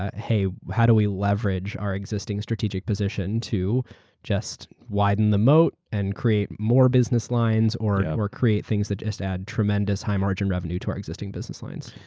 ah hey, how do we leverage our existing strategic position to just widen the moat and create more business lines or um or create things that just add tremendous high margin revenue to our existing business lines?